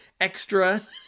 extra